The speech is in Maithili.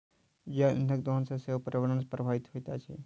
जैव इंधनक दोहन सॅ सेहो पर्यावरण प्रभावित होइत अछि